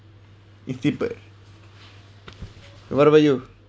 if people uh what about you